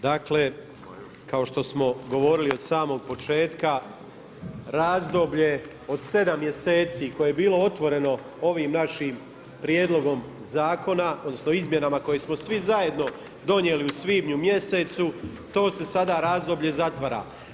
Dakle kao što smo govorili od samog početka, razdoblje od 7 mjeseci koje je bilo otvoreno ovim našim prijedlogom zakona odnosno izmjenama koje smo svi zajedno donijeli u svibnju mjesecu to se sada razdoblje zatvara.